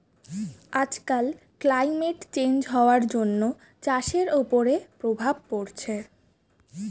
আজকাল climate change হওয়ার জন্য চাষের ওপরে প্রভাব পড়ছে